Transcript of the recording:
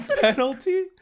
Penalty